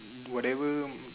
whatever